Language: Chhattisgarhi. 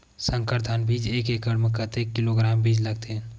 संकर धान बीज एक एकड़ म कतेक किलोग्राम बीज लगथे?